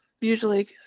usually